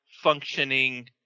functioning